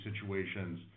situations